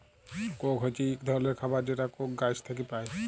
Coke হছে ইক ধরলের খাবার যেটা কোক গাহাচ থ্যাইকে পায়